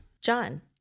john